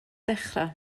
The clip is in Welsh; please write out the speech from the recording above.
dechrau